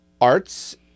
arts